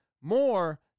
more